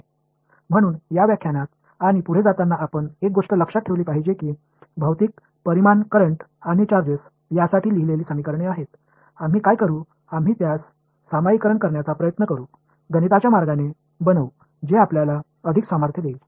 எனவே இந்த படத்தில் நாம் முன்னேறும்போது பிஸிக்கல் குவான்டிடிஸ் கரன்ட்ஸ் மற்றும் சார்ஜ் ளுக்காக எழுதப்பட்ட சமன்பாடுகள் உள்ளன என்பதை நீங்கள் மனதில் கொள்ள விரும்புகிறேன் நாம் அதை பொதுமைப்படுத்த முயற்சிப்போம் அதை ஒரு கணித வழியில் உருவாக்குங்கள் இது நமக்கு அதிக சக்தியைத் தரும்